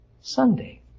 Sunday